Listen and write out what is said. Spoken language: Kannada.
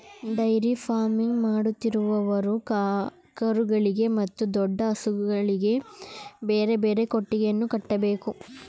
ಡೈರಿ ಫಾರ್ಮಿಂಗ್ ಮಾಡುತ್ತಿರುವವರು ಕರುಗಳಿಗೆ ಮತ್ತು ದೊಡ್ಡ ಹಸುಗಳಿಗೆ ಬೇರೆ ಬೇರೆ ಕೊಟ್ಟಿಗೆಯನ್ನು ಕಟ್ಟಬೇಕು